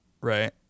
right